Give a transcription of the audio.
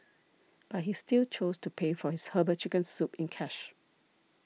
but he still chose to pay for his Herbal Chicken Soup in cash